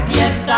yes